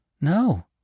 No